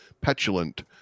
petulant